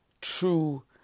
true